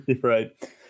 Right